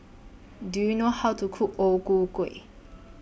Do YOU know How to Cook O Ku Kueh